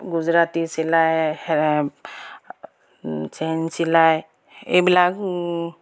গুজৰাটী চিলাই চেইন চিলাই এইবিলাক